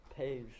Page